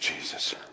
Jesus